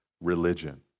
religion